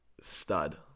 stud